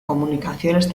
comunicaciones